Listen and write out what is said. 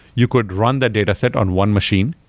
you could run that dataset on one machine.